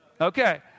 Okay